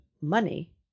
money